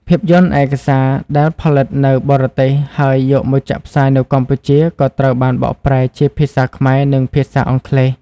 ភាពយន្តឯកសារដែលផលិតនៅបរទេសហើយយកមកចាក់ផ្សាយនៅកម្ពុជាក៏ត្រូវបានបកប្រែជាភាសាខ្មែរនិងភាសាអង់គ្លេស។